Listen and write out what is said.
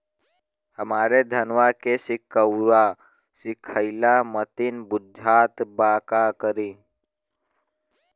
हमरे धनवा के सीक्कउआ सुखइला मतीन बुझात बा का करीं?